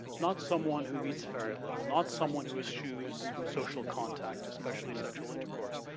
not someone who eats very little, not someone who eschews social contact especially sexual intercourse.